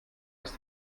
ist